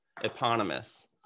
Eponymous